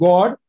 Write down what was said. God